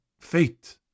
fate